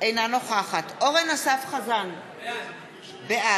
אינה נוכחת אורן אסף חזן, בעד